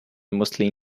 mostly